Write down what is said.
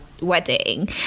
wedding